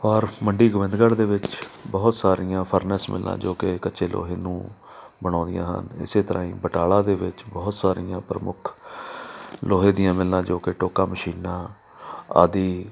ਔਰ ਮੰਡੀ ਗੋਬਿੰਦਗੜ੍ਹ ਦੇ ਵਿੱਚ ਬਹੁਤ ਸਾਰੀਆਂ ਫਰਨੈਸ ਮਿੱਲਾਂ ਜੋ ਕਿ ਕੱਚੇ ਲੋਹੇ ਨੂੰ ਬਣਾਉਂਦੀਆਂ ਹਨ ਇਸੇ ਤਰ੍ਹਾਂ ਹੀ ਬਟਾਲਾ ਦੇ ਵਿੱਚ ਬਹੁਤ ਸਾਰੀਆਂ ਪ੍ਰਮੁੱਖ ਲੋਹੇ ਦੀਆਂ ਮਿੱਲਾਂ ਜੋ ਕਿ ਟੋਕਾ ਮਸ਼ੀਨਾਂ ਆਦਿ